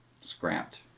scrapped